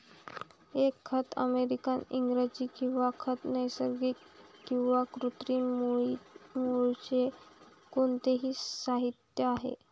एक खत अमेरिकन इंग्रजी किंवा खत नैसर्गिक किंवा कृत्रिम मूळचे कोणतेही साहित्य आहे